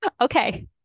Okay